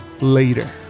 later